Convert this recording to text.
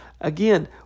Again